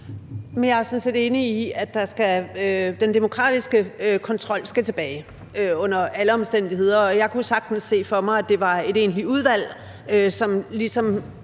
Jeg er sådan set enig i, at den demokratiske kontrol skal tilbage under alle omstændigheder. Og jeg kunne sagtens se for mig, at det var et egentligt udvalg, som ligesom